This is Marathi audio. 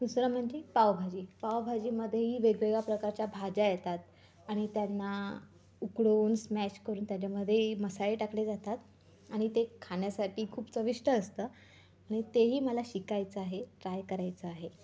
दुसरं म्हणजे पावभाजी पावभाजीमध्येही वेगवेगळ्या प्रकारच्या भाज्या येतात आणि त्यांना उकडवून स्मॅश करून त्याच्यामध्येही मसाले टाकले जातात आणि ते खाण्यासाठी खूप चविष्ट असतं आणि तेही मला शिकायचं आहे ट्राय करायचं आहे